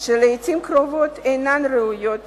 שלעתים קרובות אינן ראויות